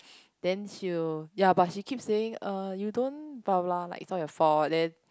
then she'll ya but she keep saying er you don't blah blah it's all your fault then